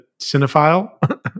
cinephile